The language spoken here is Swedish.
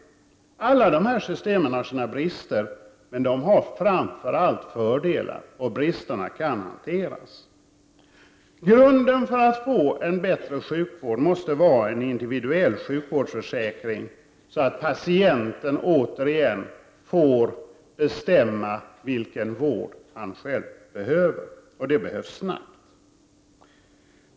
Alla de här systemen har sina brister, men de har framför allt fördelar. Bristerna kan hanteras. Grunden för att få en bättre sjukvård måste vara en individuell sjukvårdsförsäkring så att patienten återigen får bestämma vilken vård han själv behöver. Det här behövs snabbt.